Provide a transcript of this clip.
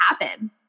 happen